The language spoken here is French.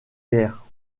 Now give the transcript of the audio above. guère